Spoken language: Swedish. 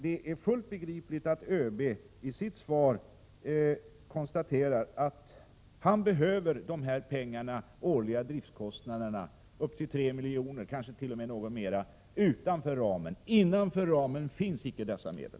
Det är fullt begripligt att ÖB i sitt svar konstaterar att han behöver dessa pengar för årliga driftskostnader på upp till 3 miljoner — kanske t.o.m. något mera — utanför ramen. Innanför ramen finns icke dessa medel.